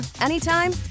anytime